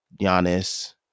Giannis